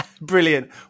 Brilliant